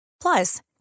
Plus